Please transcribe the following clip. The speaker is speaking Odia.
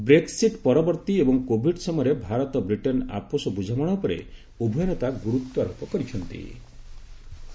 ବ୍ରେକ୍ସିଟ୍ ପରବର୍ତ୍ତୀ ଏବଂ କୋଭିଡ୍ ସମୟରେ ଭାରତ ବ୍ରିଟେନ୍ ଆପୋଷ ବୁଝାମଣା ଉପରେ ଉଭୟ ନେତା ଗୁରୁତ୍ୱାରୋପ କରିଚ୍ଚନ୍ତି